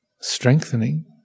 strengthening